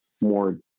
more